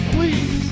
Please